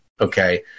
Okay